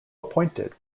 appointed